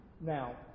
Now